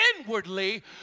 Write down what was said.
inwardly